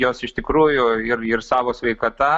jos iš tikrųjų ir ir savo sveikata